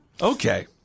Okay